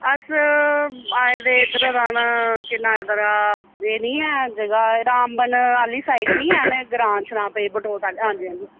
अस आए दे इद्धर राना के नांऽ इद्धरा एह् नी ऐ जगह रामबन आह्ली साइड नी हैन ग्रांऽ श्रांऽ पे बटोत हां जी हां जी